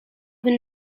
been